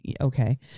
Okay